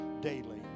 daily